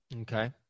Okay